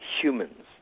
humans